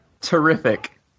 Terrific